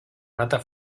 nata